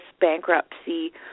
bankruptcy